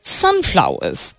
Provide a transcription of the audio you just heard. sunflowers